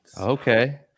okay